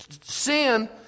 sin